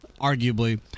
arguably